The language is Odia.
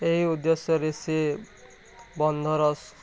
ଏହି ଉଦ୍ଦେଶ୍ୟରେ ସିଏ ବନ୍ଦର